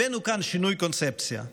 הבאנו כאן שינוי קונספציה.